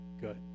good